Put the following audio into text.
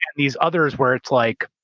these others, where it's like,